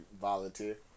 volunteer